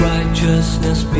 Righteousness